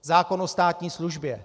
Zákon o státní službě.